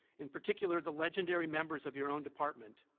in particular the legendary members of your own department.